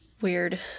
weird